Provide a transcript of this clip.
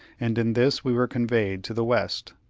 and in this we were conveyed to the west.